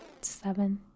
Seven